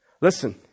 Listen